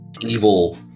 evil